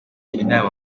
inama